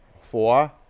Four